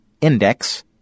index